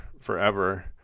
Forever